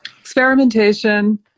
experimentation